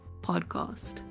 podcast